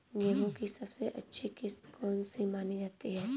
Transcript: गेहूँ की सबसे अच्छी किश्त कौन सी मानी जाती है?